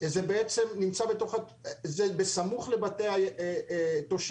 זה בעצם סמוך לבתי התושבים.